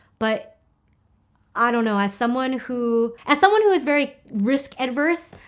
but i don't know as someone who, as someone who is very risk adverse,